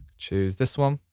choose this one.